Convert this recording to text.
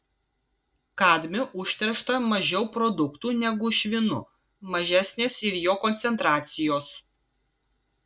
kadmiu užteršta mažiau produktų negu švinu mažesnės ir jo koncentracijos